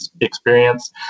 experience